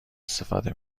استفاده